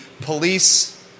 police